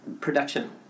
production